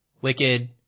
Wicked